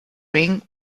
ring